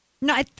No